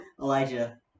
Elijah